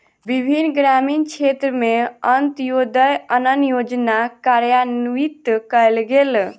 विभिन्न ग्रामीण क्षेत्र में अन्त्योदय अन्न योजना कार्यान्वित कयल गेल